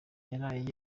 yaraye